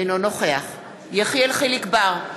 אינו נוכח יחיאל חיליק בר,